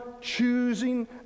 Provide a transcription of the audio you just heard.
choosing